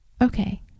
Okay